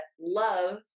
love